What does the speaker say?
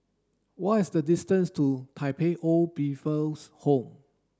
what is the distance to Tai Pei Old People's Home